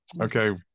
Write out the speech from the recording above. Okay